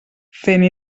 fent